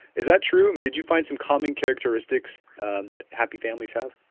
is that true? did you find some common characteristics and that happy families have?